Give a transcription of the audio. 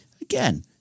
Again